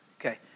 Okay